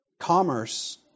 Commerce